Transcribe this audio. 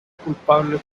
culpable